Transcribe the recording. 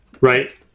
Right